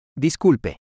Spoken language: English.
Disculpe